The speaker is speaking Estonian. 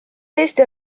eesti